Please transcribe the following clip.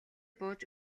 бууж